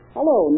Hello